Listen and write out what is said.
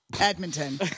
Edmonton